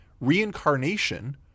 reincarnation